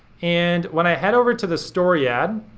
and when i head over to the story ad,